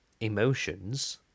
emotions